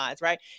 right